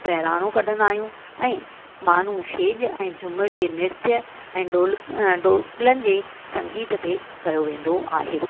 बहिराणो कढंदा आहियूं ऐं माण्हू छेॼ ऐं झुमिरि जे निर्त्य ऐं ढोलक ढोलकनि जे संगीत ते कयो वेंदो आहे